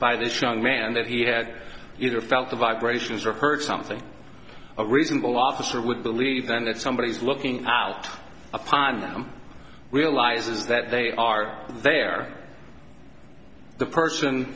by this young man that he had either felt the vibrations or heard something a reasonable officer would believe then that somebody is looking out upon them realizes that they are there the person